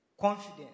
confidence